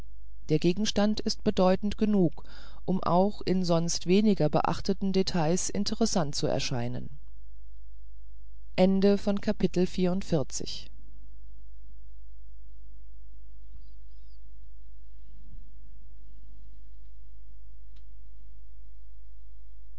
der gegenstand ist bedeutend genug um auch in sonst weniger beachteten details interessant zu erscheinen